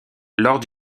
lors